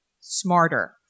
smarter